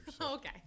Okay